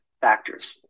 factors